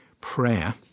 prayer